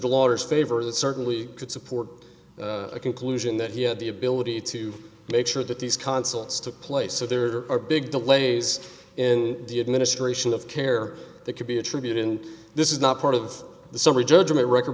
lawyer's favor that certainly could support a conclusion that he had the ability to make sure that these consulates took place so there are big delays in the administration of care that could be attributed and this is not part of the summary judgment record